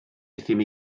euthum